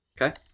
Okay